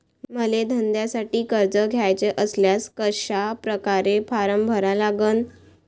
मले धंद्यासाठी कर्ज घ्याचे असल्यास कशा परकारे फारम भरा लागन?